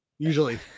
usually